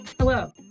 Hello